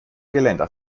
geländer